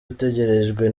utegerejwe